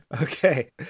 Okay